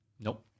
Nope